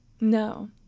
No